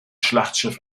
schlachtschiff